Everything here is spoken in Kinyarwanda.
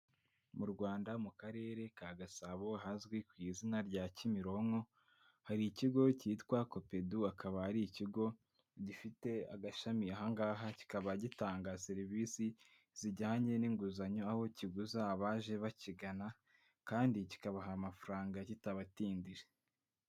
Mu Rwanda mu karere ka Gasabo hazwi ku izina rya Kimironko, hari ikigo cyitwa Kopedo, akaba ari ikigo gifite agashami aha ngaha, kikaba gitanga serivisi zijyanye n'inguzanyo, aho kiguza abaje bakigana kandi kikabaha amafaranga kitabatindije.